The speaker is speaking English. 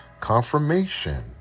confirmation